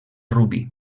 rubí